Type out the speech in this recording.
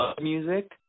music